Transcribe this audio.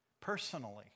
personally